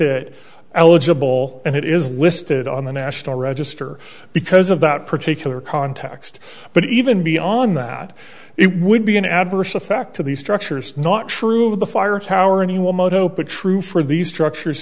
it eligible and it is listed on the national register because of that particular context but even beyond that it would be an adverse effect to these structures not true of the fire tower and you will moto but true for these structures